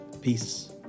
Peace